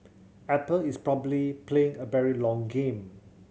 apple is probably playing a berry long game